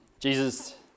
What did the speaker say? Jesus